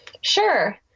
Sure